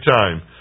time